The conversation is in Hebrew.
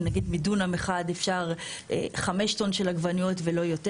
נגיד מדונם אחד אפשר 5 טון של עגבניות ולא יותר.